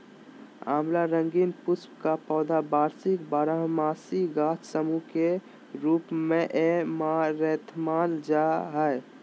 आँवला रंगीन पुष्प का पौधा वार्षिक बारहमासी गाछ सामूह के रूप मेऐमारैंथमानल जा हइ